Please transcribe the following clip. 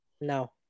no